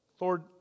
Lord